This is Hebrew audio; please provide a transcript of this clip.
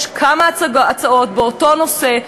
יש כמה הצעות באותו נושא,